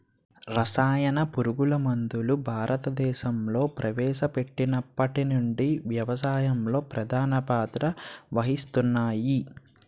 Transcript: రసాయన పురుగుమందులు భారతదేశంలో ప్రవేశపెట్టినప్పటి నుండి వ్యవసాయంలో ప్రధాన పాత్ర వహిస్తున్నాయి